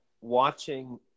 Watching